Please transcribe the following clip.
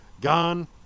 Gone